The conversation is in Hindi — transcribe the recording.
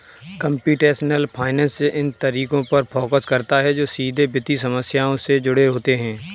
कंप्यूटेशनल फाइनेंस इन तरीकों पर फोकस करता है जो सीधे वित्तीय समस्याओं से जुड़े होते हैं